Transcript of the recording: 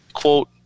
quote